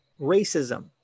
racism